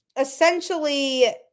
essentially